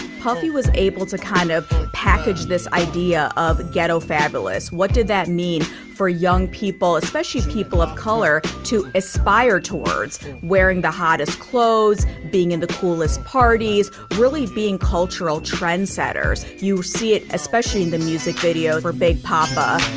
puffy was able to kind of package this idea of ghetto fabulous. what did that mean for young people especially people of color to aspire towards wearing the hottest clothes being in the coolest parties really being cultural trendsetters. you see it especially in the music video for big poppa